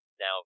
now